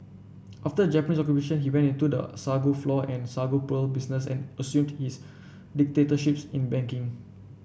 after Japanese Occupation he went into the sago flour and sago pearl business and assumed his dictatorships in banking